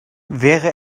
wäre